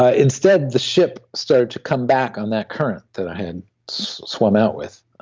ah instead the ship started to come back on that current that i had swam out with,